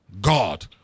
God